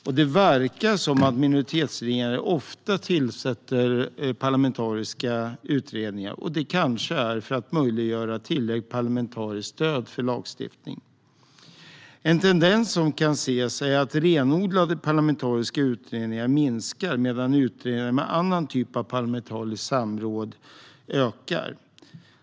Det verkar som att minoritetsregeringar ofta tillsätter parlamentariska utredningar, och det kanske man gör för att möjliggöra tillräckligt parlamentariskt stöd för lagstiftning. En tendens som kan ses är att antalet renodlade parlamentariska utredningar minskar medan antalet utredningar med annan typ av parlamentariskt samråd ökar.